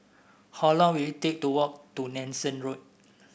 how long will it take to walk to Nanson Road